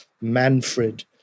Manfred